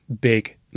big